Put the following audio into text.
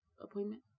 appointment